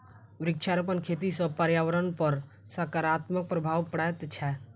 वृक्षारोपण खेती सॅ पर्यावरणपर सकारात्मक प्रभाव पड़ैत छै